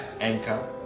Anchor